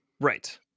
right